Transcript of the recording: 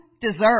deserve